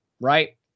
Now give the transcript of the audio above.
right